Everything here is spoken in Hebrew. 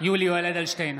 יולי יואל אדלשטיין,